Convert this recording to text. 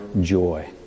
joy